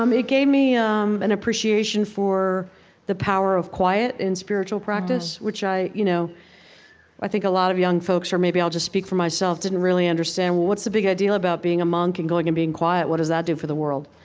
um it gave me um an appreciation for the power of quiet in spiritual practice, which i you know i think a lot of young folks or maybe i'll just speak for myself didn't really understand, well, what's the big idea about being a monk and going and being quiet? what that do for the world?